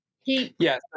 Yes